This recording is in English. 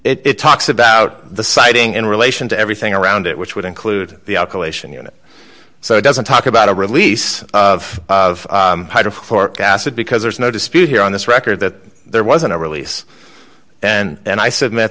it talks about the sighting in relation to everything around it which would include the collation unit so it doesn't talk about a release of of forecasted because there's no dispute here on this record that there wasn't a release and i submit